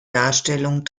darstellung